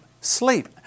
sleep